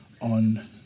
on